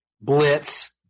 blitz